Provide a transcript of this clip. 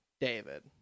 David